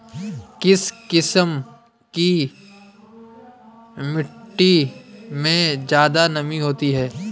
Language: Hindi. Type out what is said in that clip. किस किस्म की मिटटी में ज़्यादा नमी होती है?